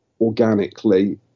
organically